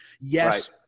Yes